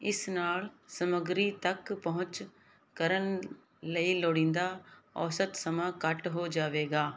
ਇਸ ਨਾਲ ਸਮੱਗਰੀ ਤੱਕ ਪਹੁੰਚ ਕਰਨ ਲਈ ਲੋੜੀਂਦਾ ਔਸਤ ਸਮਾਂ ਘੱਟ ਹੋ ਜਾਵੇਗਾ